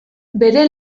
bere